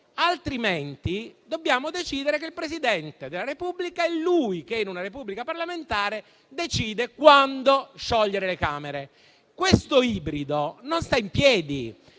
Altrimenti dobbiamo decidere che il Presidente della Repubblica è lui che, in una Repubblica parlamentare, decide quando sciogliere le Camere. Questo ibrido non sta in piedi,